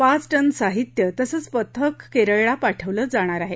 पाच टन साहित्य तसंच पथक केरळला पाठवलं जाणार आहे